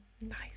Nice